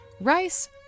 rice